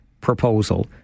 proposal